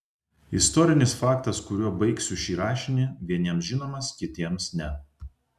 istorinis faktas kuriuo baigsiu šį rašinį vieniems žinomas kitiems ne